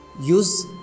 use